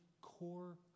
core